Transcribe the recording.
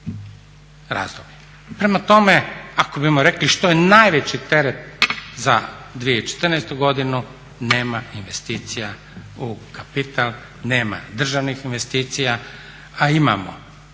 Prema tome, ako bismo rekli što je najveći teret za 2014.godinu nema investicija u kapital, nema državnih investicija a imamo